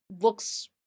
looks